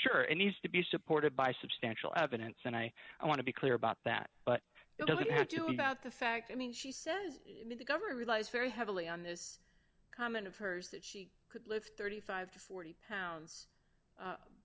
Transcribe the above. sure and needs to be supported by substantial evidence and i want to be clear about that but it doesn't have to be about the fact i mean she says the government relies very heavily on this comment of hers that she could live thirty five to forty pounds